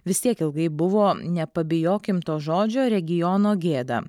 vis tiek ilgai buvo nepabijokim to žodžio regiono gėda